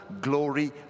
glory